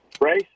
Race